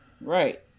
right